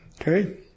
Okay